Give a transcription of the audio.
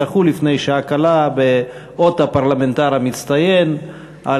זכו לפני שעה קלה באות הפרלמנטר המצטיין על